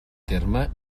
terme